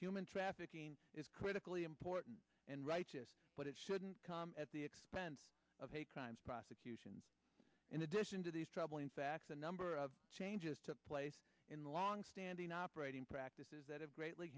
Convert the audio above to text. human trafficking is critically important and right but it shouldn't come at the expense of hate crimes prosecutions in addition to these troubling facts a number of changes took place in long standing operating practices that have greatly